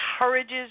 encourages